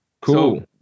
Cool